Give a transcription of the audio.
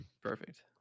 perfect